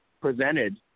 presented